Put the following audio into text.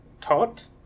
taught